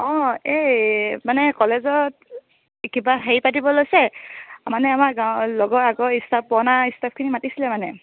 অঁ এই মানে কলেজত কিবা হেৰি পাতিব লৈছে মানে আমাৰ গাঁৱৰ লগৰ আগৰ ইষ্টাফ পুৰণা ষ্টাফখিনি মাতিছিলে মানে